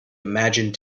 imagined